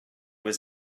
was